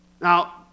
Now